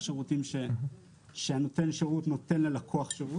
שירותים שנותן שירות נותן ללקוח שירות,